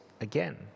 again